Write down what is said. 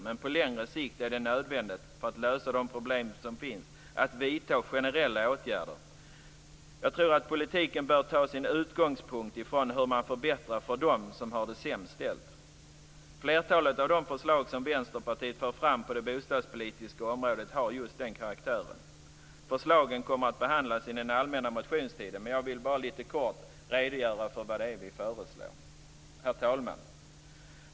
Men på längre sikt är det nödvändigt att vidta generella åtgärder för att lösa de problem som finns. Jag tror att politiken bör ta sin utgångspunkt i hur man förbättrar för dem som har det sämst ställt. Flertalet av de förslag som Vänsterpartiet för fram på det bostadspolitiska området har just den karaktären. Förslagen kommer att behandlas under den allmänna motionstiden. Men jag vill bara lite kortfattat redogöra för vad det är vi föreslår. Herr talman!